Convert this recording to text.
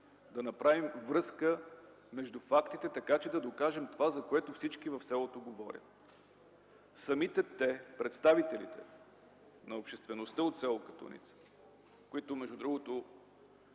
да направим връзка между фактите, така че да докажем това, за което всички в селото говорят. Самите те – представителите на обществеността от с. Катуница, които между другото